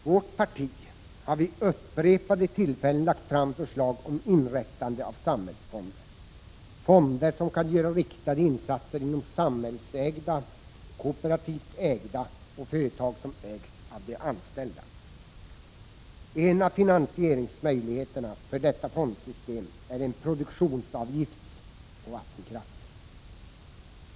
Vårt parti har vid upprepade tillfällen lagt fram förslag om inrättande av samhällsfonder, fonder som kan göra riktade insatser inom samhällsägda och kooperativt ägda företag och företag som ägs av de anställda. En av finansieringsmöjligheterna för detta fondsystem är en produktionsavgift på vattenkraft.